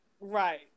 Right